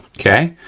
okay.